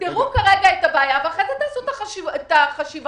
וחייבים לתת להם את הפתרון